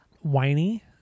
whiny